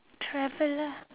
travel lah